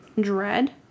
Dread